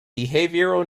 behavioral